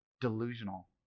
Delusional